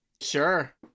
Sure